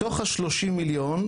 מתוך ה-30 מיליון,